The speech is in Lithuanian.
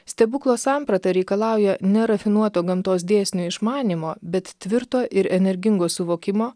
stebuklo samprata reikalauja nerafinuoto gamtos dėsnių išmanymo bet tvirto ir energingo suvokimo